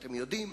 אתם יודעים,